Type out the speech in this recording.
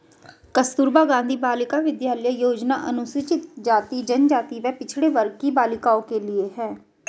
कस्तूरबा गांधी बालिका विद्यालय योजना अनुसूचित जाति, जनजाति व पिछड़े वर्ग की बालिकाओं के लिए है